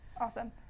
Awesome